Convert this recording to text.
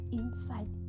inside